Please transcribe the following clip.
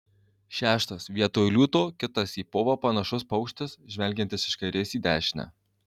šeštas vietoj liūto kitas į povą panašus paukštis žvelgiantis iš kairės į dešinę